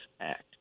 Act